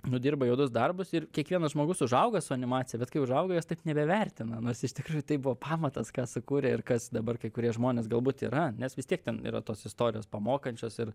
nudirba juodus darbus ir kiekvienas žmogus užauga su animacija bet kai užauga jos taip nebevertina nors iš tikrųjų tai buvo pamatas ką sukūrė ir kas dabar kai kurie žmonės galbūt yra nes vis tiek ten yra tos istorijos pamokančios ir